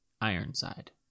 Ironside